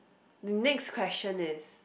the next question is